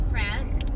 France